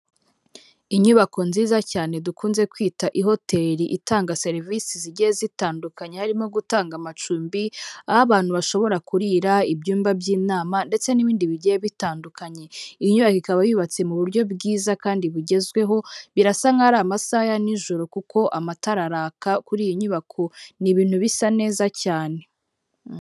Inyubako nziza cyane dukunze kwita ihoteli itanga serivisi zigiye zitandukanye, harimo gutanga amacumbi, aho abantu bashobora kurira, ibyumba by'inama ndetse n'ibindi bigiye bitandukanye, iyi nyubako yubatse mu buryo bwiza kandi bugezweho birasa nkaho ari amasaha ya nijoro kuko amatara araka kuri iyi nyubako, ni ibintu bisa neza cyane.